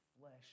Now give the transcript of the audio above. flesh